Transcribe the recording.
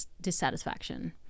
dissatisfaction